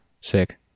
Sick